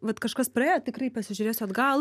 vat kažkas praėjo tikrai pasižiūrėsiu atgal